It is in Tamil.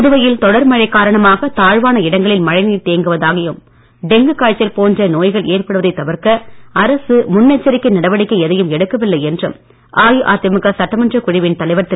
புதுவையில் தொடர் மழை காரணமாக தாழ்வான இடங்களில் மழை நீர் தேங்குவதையும் டெங்கு காய்ச்சல் போன்ற நோய்கள் ஏற்படுதை தவிர்க்க அரசு முன் எச்சரிக்கை நடவடிக்கை எதையும் எடுக்கவில்லை என்று அஇஅதிமுக சட்டமன்றக் குழுவின் தலைவர் திரு